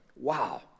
Wow